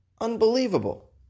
Unbelievable